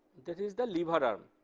that is the lever arm.